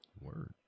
word